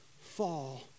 fall